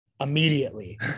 immediately